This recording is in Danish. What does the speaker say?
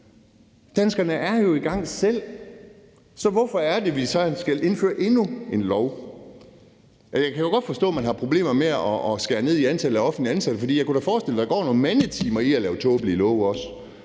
Danskerne er jo i gang selv, så hvorfor er det, at vi så skal indføre endnu en lov? Jeg kan jo godt forstå, at man har problemer med at skære ned i antallet af offentligt ansatte, for jeg kunne da forestille mig, at der også går nogle mandetimer med at lave tåbelige love.